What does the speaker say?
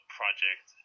project